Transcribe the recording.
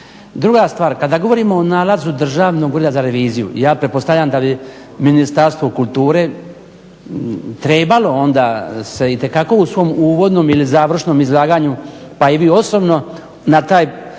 Druga stvar, kada govorimo o nalazu Državnog ureda za reviziju, ja pretpostavljam da bi Ministarstvo kulture trebalo onda se itekako u svom uvodnom ili završnom izlaganju, pa i vi osobno na taj